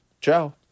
ciao